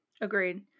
Agreed